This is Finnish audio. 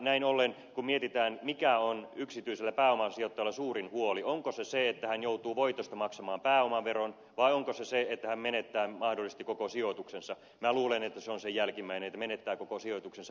näin ollen kun mietitään mikä on yksityisellä pääomasijoittajalla suurin huoli onko se se että hän joutuu voitosta maksamaan pääomaveron vai onko se se että hän menettää mahdollisesti koko sijoituksensa niin minä luulen että se on se jälkimmäinen että menettää koko sijoituksensa